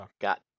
got